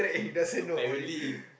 apparently